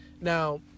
Now